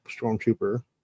stormtrooper